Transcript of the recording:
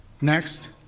Next